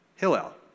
Hillel